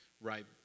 right